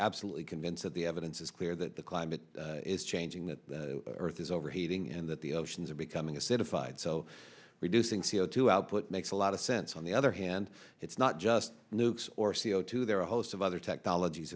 absolutely convinced that the evidence is clear that the climate is changing that earth is overheating and that the oceans are becoming a satisfied so reducing c o two output makes a lot of sense on the other hand it's not just nukes or c o two there are a host of other technologies